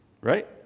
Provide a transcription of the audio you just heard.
right